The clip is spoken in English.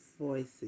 voices